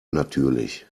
natürlich